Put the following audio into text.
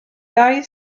ddau